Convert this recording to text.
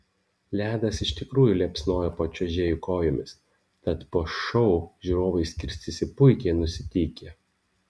ledas iš tikrųjų liepsnojo po čiuožėjų kojomis tad po šou žiūrovai skirstėsi puikiai nusiteikę